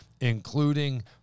including